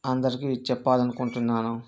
అందరికీ చెప్పాలనుకుంటున్నాను